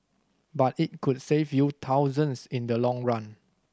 but it could save you thousands in the long run